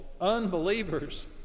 Unbelievers